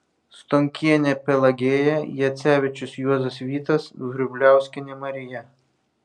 stonkienė pelagėja jacevičius juozas vytas vrubliauskienė marija